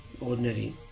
ordinary